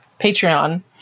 Patreon